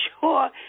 sure